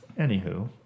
anywho